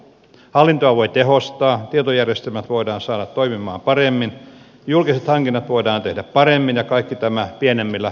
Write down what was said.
hallintoa voi tehostaa tietojärjestelmät voidaan saada toimimaan paremmin julkiset hankinnat voidaan tehdä paremmin ja kaikki tämä pienemmillä kustannuksilla